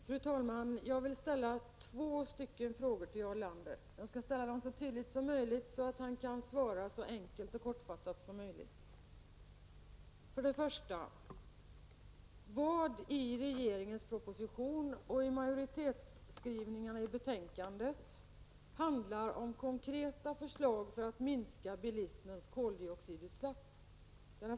Fru talman! Jag vill ställa två frågor till Jarl Lander. Jag skall ställa dem så tydligt som möjligt, så att han kan svara så enkelt och kortfattat som möjligt. För det första: Vilka konkreta förslag finns i regeringens proposition och utskottsmajoritetens betänkande för att minska bilismens koldioxidutsläpp?